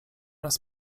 raz